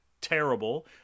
terrible